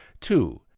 two